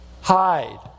Hide